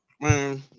Man